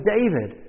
David